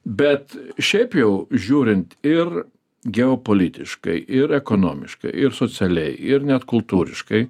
bet šiaip jau žiūrint ir geopolitiškai ir ekonomiškai ir socialiai ir net kultūriškai